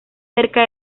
cerca